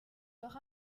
leur